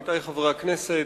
עמיתי חברי הכנסת,